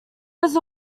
was